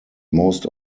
most